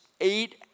eight